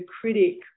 critic